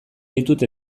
ditut